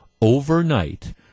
overnight